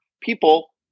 people